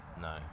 No